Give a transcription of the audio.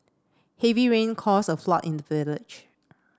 heavy rain caused a flood in the village